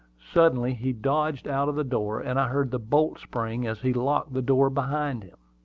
suddenly he dodged out of the door, and i heard the bolt spring as he locked the door behind him.